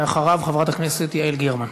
ואחריו, חברת הכנסת יעל גרמן.